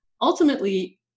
Ultimately